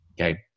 Okay